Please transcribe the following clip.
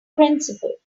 principle